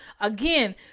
again